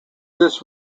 this